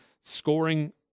scoring